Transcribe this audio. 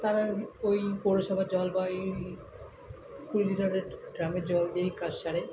তারা ওই পৌরসভার জল বা ওই কুড়ি লিটারের ড্রামের জল দিয়েই কাজ সারে